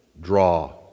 draw